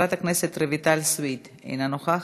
חברת הכנסת רויטל סויד אינה נוכחת,